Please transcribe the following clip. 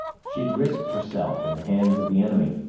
she'd risked herself in the hands of the enemy,